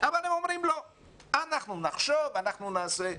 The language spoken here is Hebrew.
אבל הם אומרים אנחנו נחשוב, אנחנו נבדוק וכו.